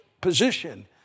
position